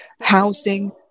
housing